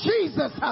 Jesus